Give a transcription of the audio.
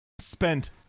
spent